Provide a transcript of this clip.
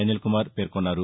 అనిల్కుమార్ పేర్కొన్నారు